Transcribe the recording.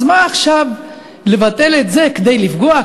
אז למה עכשיו לבטל את זה, כדי לפגוע?